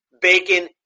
bacon